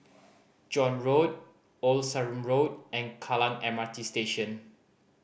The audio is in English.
John Road Old Sarum Road and Kallang M R T Station